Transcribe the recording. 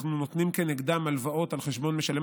אנחנו נותנים כנגדם הלוואות על חשבון משלם